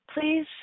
please